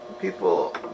People